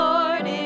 Lord